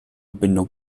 bindung